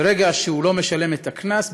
ברגע שהוא לא משלם את הקנס,